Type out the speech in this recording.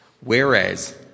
Whereas